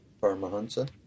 Paramahansa